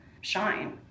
shine